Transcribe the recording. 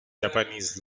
japanese